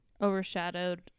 overshadowed